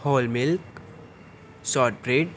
whole milk shot bread